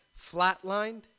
flatlined